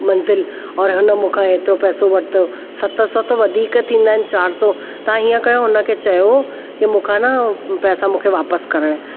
मंज़िल और हुन मूंखां हेतिरो पैसो वरितो सत सौ त वधीक थींदा आहिनि चारि सौ तव्हां हीअं कयो हुन खे चयो कि मूंखां न पैसा मूंखे वापसि करे